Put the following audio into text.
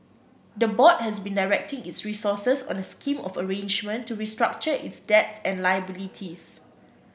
the board has been directing its resources on a scheme of arrangement to restructure its debts and liabilities